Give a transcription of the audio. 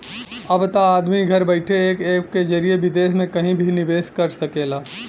अब त आदमी घर बइठे एक ऐप के जरिए विदेस मे कहिं भी निवेस कर सकेला